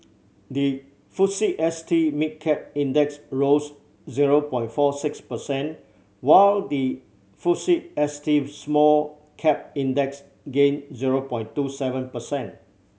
the FUSE S T Mid Cap Index rose zero point four six percent while the FUSE S T Small Cap Index gained zero point two seven percent